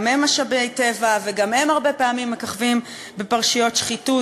גם הם משאבי טבע וגם הם הרבה פעמים מככבים בפרשיות שחיתות,